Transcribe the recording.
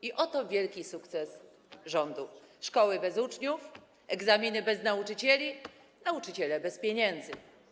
I oto wielki sukces rządu: szkoły bez uczniów, egzaminy bez nauczycieli, nauczyciele bez pieniędzy.